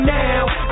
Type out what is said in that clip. now